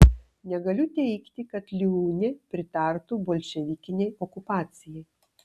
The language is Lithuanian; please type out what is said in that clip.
negaliu teigti kad liūnė pritartų bolševikinei okupacijai